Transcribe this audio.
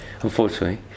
unfortunately